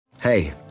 Hey